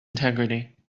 integrity